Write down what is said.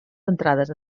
entrades